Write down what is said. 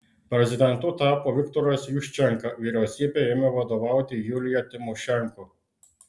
prezidentu tapo viktoras juščenka vyriausybei ėmė vadovauti julija timošenko